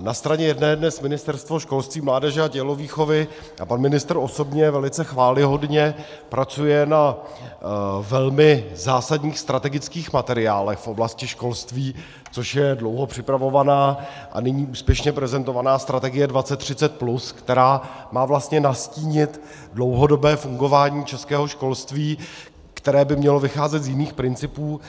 Na straně jedné dnes Ministerstvo školství, mládeže a tělovýchovy a pan ministr osobně velice chvályhodně pracují na velmi zásadních strategických materiálech v oblasti školství, což je dlouho připravovaná a nyní úspěšně prezentovaná strategie 2030+, která má vlastně nastínit dlouhodobé fungování českého školství, které by mělo vycházet z jiných principů,